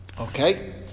Okay